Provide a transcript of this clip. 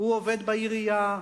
הוא עובד בעירייה.